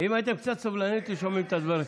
הייתם שומעים את הדברים,